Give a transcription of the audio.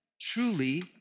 truly